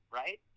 right